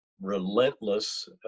relentless